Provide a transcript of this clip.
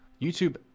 YouTube